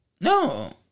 No